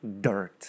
dirt